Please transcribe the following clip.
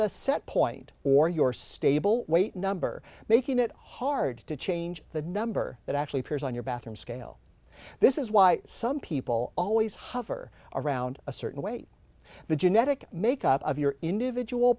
the set point or your stable weight number making it hard to change the number that actually appears on your bathroom scale this is why some people always hover around a certain way the genetic makeup of your individual